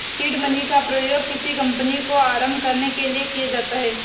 seed money का प्रयोग किसी कंपनी को आरंभ करने के लिए किया जाता है